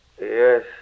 Yes